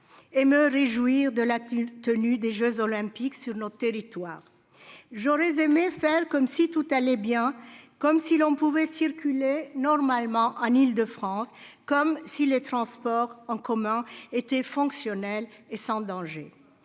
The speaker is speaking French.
et me réjouir de la tenue des jeux Olympiques sur notre territoire. J'aurais aimé faire comme si tout allait bien, comme si l'on pouvait circuler normalement en Île-de-France, comme si les transports en commun étaient fonctionnels et sans danger.